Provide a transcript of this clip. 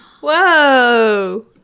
whoa